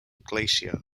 glacier